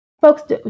folks